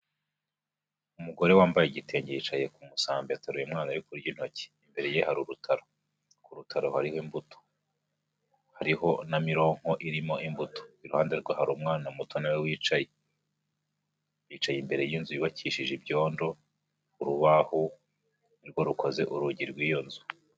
Umugore wambaye igitenge yicaye ku musambi, ateruye umwana uri kurya intoki, imbere ye hari urutaro, ku rutare hariho imbuto, hariho na mironko irimo imbuto, iruhande rwe hari umwana muto na we bicaye. Yicaye imbere y'inzu yubakishije ibyondo, urubahu ni rwo rukoze urugi rw'iyo nzu.